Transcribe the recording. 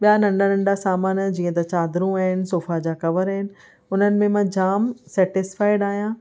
ॿिया नंढा नंढा सामान जीअं त चादर आहिनि सोफा जा कवर आहिनि हुननि में मां जाम सेटिस्फाइड आहियां